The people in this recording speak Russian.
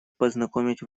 познакомить